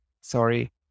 Sorry